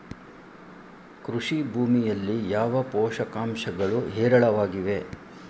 ಕೃಷಿ ಭೂಮಿಯಲ್ಲಿ ಯಾವ ಪೋಷಕಾಂಶಗಳು ಹೇರಳವಾಗಿವೆ?